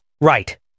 Right